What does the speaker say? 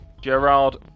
Gerard